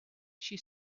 she